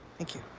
thank you.